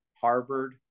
Harvard